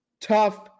Tough